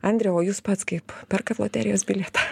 andriau o jūs pats kaip perkat loterijos bilietą